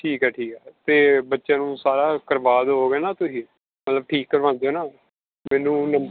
ਠੀਕ ਆ ਠੀਕ ਆ ਅਤੇ ਬੱਚਿਆਂ ਨੂੰ ਸਾਰਾ ਕਰਵਾ ਦਿਓਗੇ ਨਾ ਤੁਸੀਂ ਮਤਲਬ ਠੀਕ ਕਰਵਾਉਂਦੇ ਹੋ ਨਾ ਮੈਨੂੰ